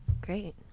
Great